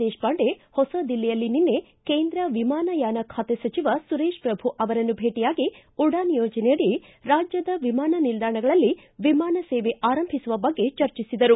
ದೇಶಪಾಂಡೆ ಹೊಸ ದಿಲ್ಲಿಯಲ್ಲಿ ನಿನ್ನೆ ಕೇಂದ್ರ ವಿಮಾನಯಾನ ಖಾತೆ ಸಚಿವ ಸುರೇತ್ ಪ್ರಭು ಅವರನ್ನು ಭೇಟಿಯಾಗಿ ಉಡಾನ್ ಯೋಜನೆಯಡಿ ರಾಜ್ಲದ ವಿಮಾನ ನಿಲ್ದಾಣಗಳಲ್ಲಿ ವಿಮಾನಸೇವೆ ಆರಂಭಿಸುವ ಬಗ್ಗೆ ಚರ್ಚಿಸಿದರು